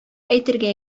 әйтергә